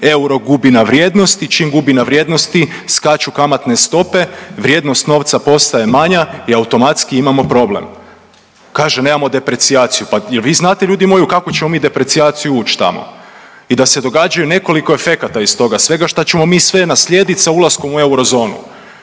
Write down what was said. euro gubi na vrijednosti, čim gubi na vrijednosti skaču kamatne stope, vrijednost novca postaje manja i automatski imamo problem. Kaže nemamo deprecijaciju, pa jel vi znate ljudi moji u kakvu ćemo mi deprecijaciju uć tamo i da se događaju nekoliko efekata iz toga svega šta ćemo mi sve naslijedit sa ulaskom u eurozonu.